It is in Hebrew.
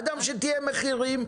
אדם שתיאם מחירים,